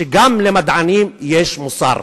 שגם למדענים יש מוסר.